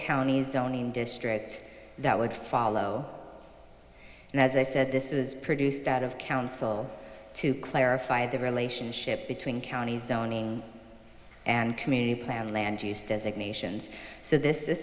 county zoning district that would follow and as i said this was produced out of council to clarify the relationship between county zoning and community plan land designations so this